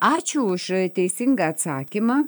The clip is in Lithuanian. ačiū už teisingą atsakymą